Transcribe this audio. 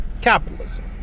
capitalism